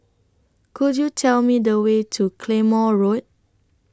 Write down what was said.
Could YOU Tell Me The Way to Claymore Road